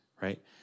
right